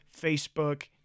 Facebook